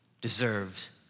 deserves